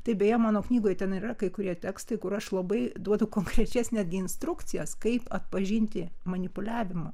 taip beje mano knygoj ten yra kai kurie tekstai kur aš labai duodu konkrečias netgi instrukcijas kaip atpažinti manipuliavimą